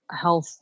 health